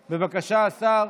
בבקשה, השר,